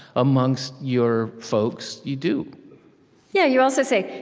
amongst your folks, you do yeah you also say,